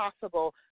possible